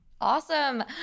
Awesome